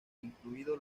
incluido